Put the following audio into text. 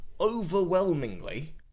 overwhelmingly